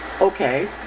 Okay